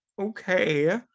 okay